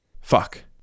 Fuck